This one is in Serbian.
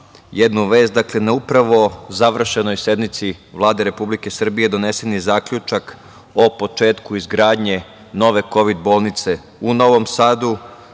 jednu vest na upravo završenoj sednici Vlade Republike Srbije donesen je zaključak o početku izgradnje nove kovid bolnice u Novom Sadu.